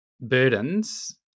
burdens